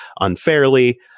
unfairly